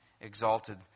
exalted